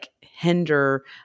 hinder